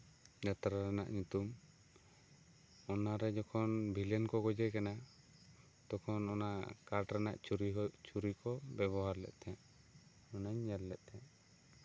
ᱡᱟᱛᱨᱟ ᱨᱮᱱᱟᱜ ᱧᱩᱛᱩᱢ ᱚᱱᱟᱨᱮ ᱡᱚᱠᱷᱚᱱ ᱵᱷᱤᱞᱮᱱ ᱠᱚ ᱜᱚᱡᱮ ᱠᱟᱱᱟ ᱛᱚᱠᱷᱚᱱ ᱚᱱᱟ ᱠᱟᱴᱷ ᱨᱮᱱᱟᱜ ᱪᱷᱩᱨᱤ ᱠᱚ ᱵᱮᱵᱚᱦᱟᱨ ᱞᱮᱫ ᱛᱟᱦᱮᱸᱜ ᱚᱱᱟᱧ ᱧᱮᱞ ᱞᱮᱜ ᱛᱟᱦᱮᱸᱜ